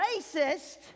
racist